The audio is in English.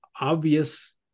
obvious